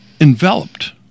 enveloped